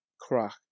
crack